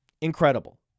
Incredible